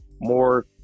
more